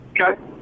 Okay